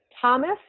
Thomas